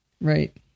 Right